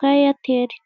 ka eyeteli.